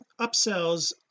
upsells